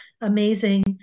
amazing